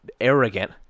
arrogant